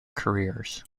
careers